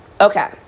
okay